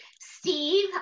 Steve